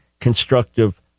constructive